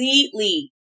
completely